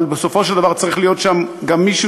אבל בסופו של דבר צריך להיות שם גם מישהו